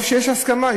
טוב שיש הסכמה.